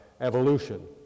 evolution